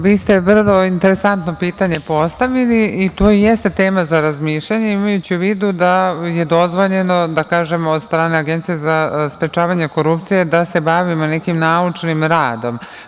Vi ste vrlo interesantno pitanje postavili, i to i jeste tema za razmišljanje imajući u vidu da je dozvoljeno da kažemo, od strane Agencije za sprečavanje korupcije da se bavimo nekim naučnim radom.